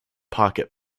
pocket